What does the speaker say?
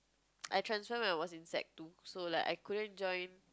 I transfer when I was in sec two so like I couldn't join